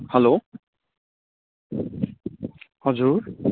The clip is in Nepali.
हेलो हजुर